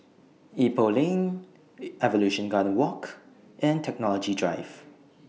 Ipoh Lane Evolution Garden Walk and Technology Drive